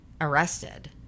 arrested